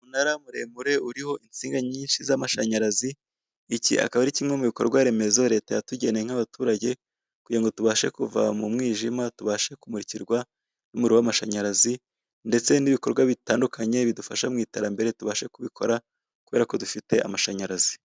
Umunara muremure uriho insinga nyinshi z'amashanyarazi iki akaba ari kimwe mu bikorwaremezo leta yatugeneye nk'abaturage kugira ngo tubashe kuva mu mwijima tubashe kumurikirwa n'umuriro w'amashanyarazi ndetse n'ibikorwa bitandukanye bidufasha mu iterambere tubashe kubikora kubera ko dufite amashanyarazi.